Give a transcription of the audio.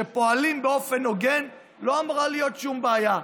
שפועלים באופן הוגן, לא אמורה להיות שום בעיה.